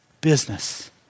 business